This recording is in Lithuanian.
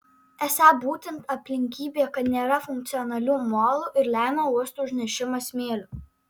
esą būtent aplinkybė kad nėra funkcionalių molų ir lemia uosto užnešimą smėliu